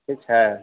ठीक है